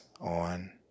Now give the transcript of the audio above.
on